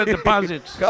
deposits